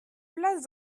place